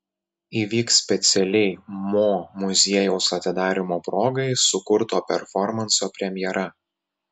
įvyks specialiai mo muziejaus atidarymo progai sukurto performanso premjera